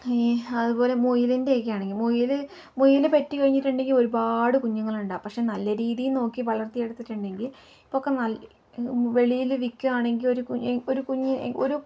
അതുപോലെ മുയലിൻ്റെ ഒക്കെ ആണെങ്കിൽ മുയൽ മുയൽ പെറ്റു കഴിഞ്ഞിട്ടുണ്ടെങ്കിൽ ഒരുപാട് കുഞ്ഞുങ്ങളുണ്ട് പക്ഷെ നല്ല രീതിയിൽ നോക്കി വളർത്തിയെടുത്തിട്ടുണ്ടെങ്കിൽ ഇപ്പോഴൊക്കെ ന വെളിയിൽ വിക്കുകയാണെങ്കിൽ ഒരു ഒരു കുഞ്ഞ് ഒരു